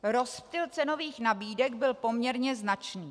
Rozptyl cenových nabídek byl poměrně značný.